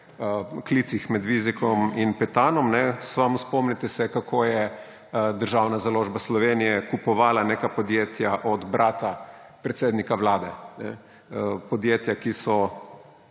klicih med Vizjakom in Petanom. Samo spomnite se, kako je Državna založba Slovenija kupovala neka podjetja od brata predsednika Vlade; podjetja, ki so